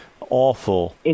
awful